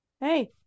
hey